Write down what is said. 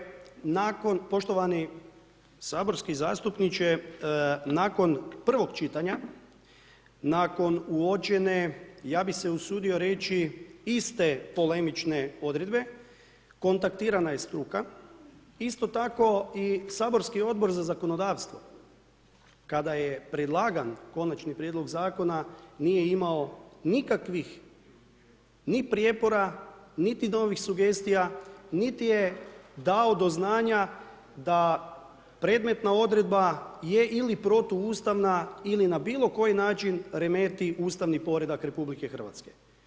Dakle, nakon poštovani, saborski zastupniče, nakon prvog čitanja, nakon uočene, ja bi se usudio reći iste polemične odredbe konstatirana je struka, isto tako i saborski Odbor za zakonodavstvo, koja je predlagan konačni prijedlog zakona, nije imao nikakvih ni prijepora, niti novih sugestija, niti je dao do znanja, da predmetna odredba je ili protuustavna ili na bilo koji način remeti Ustavni poredak RH.